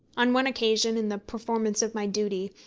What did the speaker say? on one occasion, in the performance of my duty,